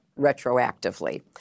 retroactively